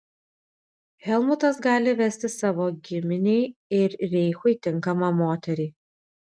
helmutas gali vesti savo giminei ir reichui tinkamą moterį